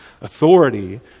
Authority